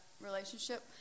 relationship